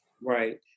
Right